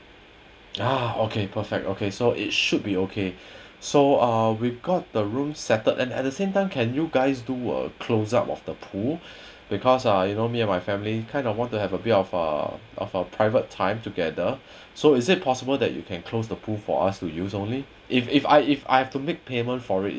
ah okay perfect okay so it should be okay so uh we've got the rooms settled and at the same time can you guys do a close up of the pool because uh you know me and my family kind of want to have a bit of a of a private time together so is it possible that you can close the pool for us to use only if if I if I have to make payment for it